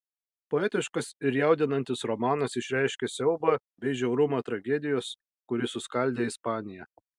poetiškas ir jaudinantis romanas išreiškia siaubą bei žiaurumą tragedijos kuri suskaldė ispaniją